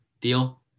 deal